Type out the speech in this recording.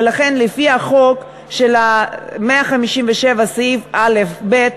ולכן לפי סעיף 157א(ב),